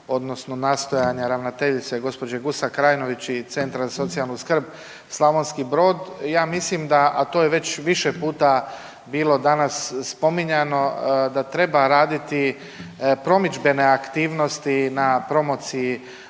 odnosno nastojanja ravnateljice gđe. Gusak Krajnović i Centra za socijalnu skrb Slavonski Brod. Ja mislim da, a to je već više puta bilo danas spominjano da treba raditi promidžbene aktivnosti na promociji